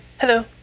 hello